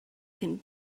can